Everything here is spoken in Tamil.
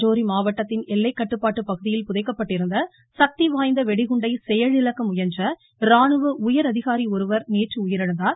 ரஜோரி மாவட்டத்தின் எல்லைக்கட்டுப்பாட்டு பகுதியில் புதைக்கப்பட்டிருந்த சக்தி வாய்ந்த வெடிகுண்டை செயலிழக்க முயன்ற ராணுவ உயரதிகாரி ஒருவர் நேற்று உயிரிழந்தார்